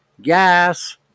gas